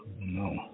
No